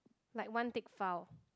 like one thick file